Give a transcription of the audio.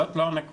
זאת לא הנקודה.